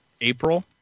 april